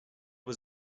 was